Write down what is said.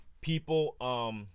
People